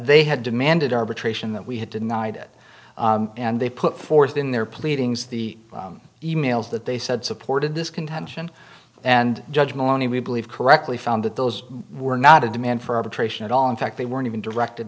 they had demanded arbitration that we had denied it and they put forth in their pleadings the e mails that they said supported this contention and judge lonnie we believe correctly found that those were not a demand for arbitration at all in fact they weren't even directed